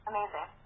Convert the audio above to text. Amazing